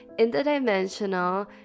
interdimensional